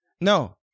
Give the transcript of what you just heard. No